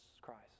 Christ